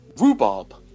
Rhubarb